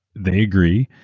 they agree,